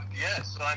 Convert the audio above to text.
yes